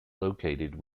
located